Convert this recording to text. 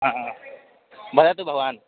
हा वदतु भवान्